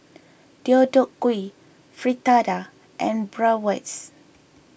Deodeok Gui Fritada and Bratwurst